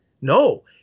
No